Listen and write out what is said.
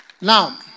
Now